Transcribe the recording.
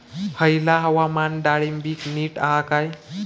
हयला हवामान डाळींबाक नीट हा काय?